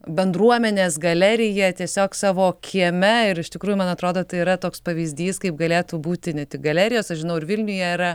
bendruomenės galeriją tiesiog savo kieme ir iš tikrųjų man atrodo tai yra toks pavyzdys kaip galėtų būti ne tik galerijos aš žinau ir vilniuje yra